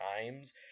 times